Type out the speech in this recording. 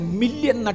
million